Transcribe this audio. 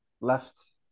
left